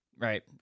Right